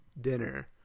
dinner